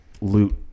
loot